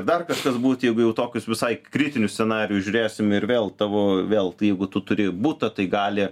dar kažkas būt jeigu jau tokius visai kritinius scenarijus žiūrėsim ir vėl tavo vėl jeigu tu turi butą tai gali